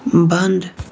بنٛد